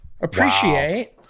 Appreciate